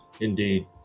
indeed